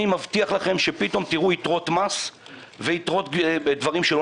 אני מבטיח לכם שפתאום תראו יתרות מס ויתרות מדברים שלא